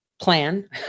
plan